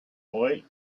boy